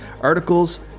articles